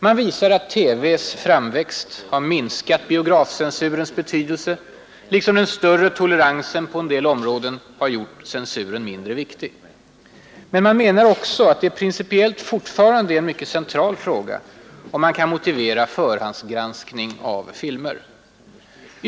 Man visar att TV:s framväxt har minskat biografcensurens betydelse liksom att den större toleransen på en del områden har gjort censuren mindre viktig. Men man menar också att det principiellt fortfarande är en mycket central fråga om man kan motivera förhandsgranskning av filmer.